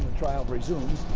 trial resumes.